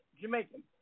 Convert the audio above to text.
Jamaican